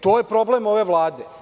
To je problem ove Vlade.